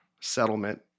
settlement